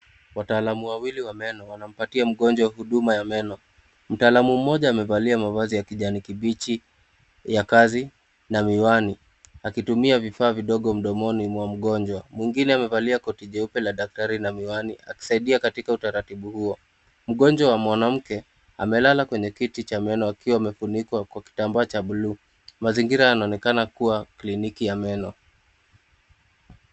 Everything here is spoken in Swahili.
Wataalamu wawili wa meno wanampatia mgonjwa huduma ya meno. Mtaalamu mmoja amevalia mavazi ya kijani kibichi ya kazi na miwani, akitumia vifaa vidogo mdomoni mwa mgonjwa. Mwingine amevalia koti jeupe la daktari na miwani akisaidia katika utaratibu huo. Mgonjwa wa mwanamke, amelala kwenye kiti cha meno akiwa amefunikwa kwa kitambaa cha buluu. Mazingira yanaonekana kuwa kliniki ya meno.